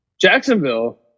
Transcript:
Jacksonville